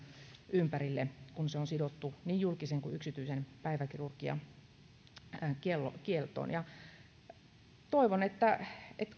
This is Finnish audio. ympärillä kun se on sidottu niin julkisen kuin yksityisenkin päiväkirurgian kieltoon toivon että että